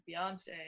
Beyonce